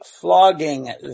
flogging